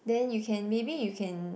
then you can maybe you can